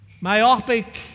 myopic